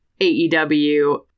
AEW